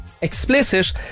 Explicit